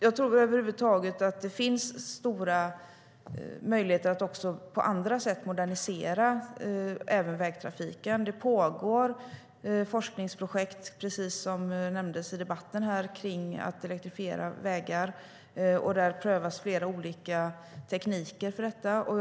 Jag tror att det över huvud taget finns stora möjligheter att också på andra sätt modernisera även vägtrafiken. Det pågår forskningsprojekt, precis som nämndes här i debatten, om att elektrifiera vägar. Olika tekniker för detta prövas.